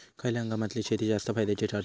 खयल्या हंगामातली शेती जास्त फायद्याची ठरता?